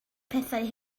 pethau